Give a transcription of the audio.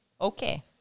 Okay